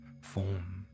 form